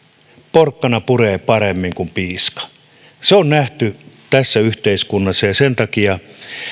porkkana puree paremmin kuin piiska se on nähty tässä yhteiskunnassa ja sen takia